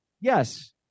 Yes